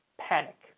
Panic